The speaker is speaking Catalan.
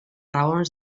raons